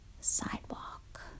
sidewalk